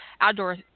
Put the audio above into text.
outdoor